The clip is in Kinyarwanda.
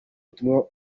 butumwa